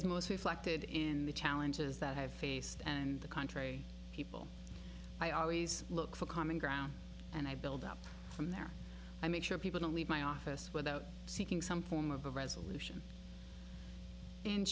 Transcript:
is most reflected in the challenges that have faced and the country people i always look for common ground and i build up from there i make sure people don't leave my office without seeking some form of a resolution and